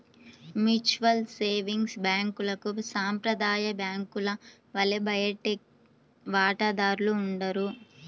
mutual savings బ్యాంక్లకు సాంప్రదాయ బ్యాంకుల వలె బయటి వాటాదారులు ఉండరు